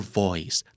voice